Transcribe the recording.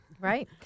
right